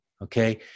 Okay